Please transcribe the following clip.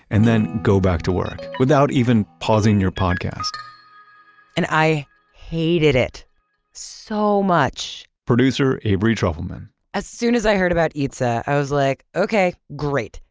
and then go back to work without even pausing your podcast and i hated it so much producer avery trufelman as soon as i heard about eatsa, i was like, okay, great,